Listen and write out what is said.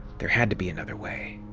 there had to be another way!